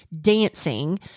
dancing